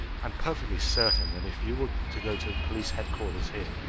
i'm perfectly certain that if you were to go to police headquarters here,